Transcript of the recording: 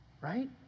right